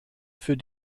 für